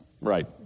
right